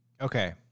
Okay